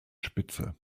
spitze